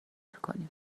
کنیم